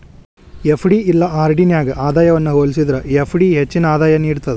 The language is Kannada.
ಎಫ್.ಡಿ ಇಲ್ಲಾ ಆರ್.ಡಿ ನ್ಯಾಗ ಆದಾಯವನ್ನ ಹೋಲಿಸೇದ್ರ ಎಫ್.ಡಿ ಹೆಚ್ಚಿನ ಆದಾಯ ನೇಡ್ತದ